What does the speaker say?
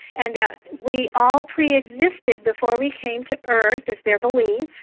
and that we all pre-existed before we came to earth is their belief,